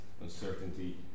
Uncertainty